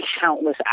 countless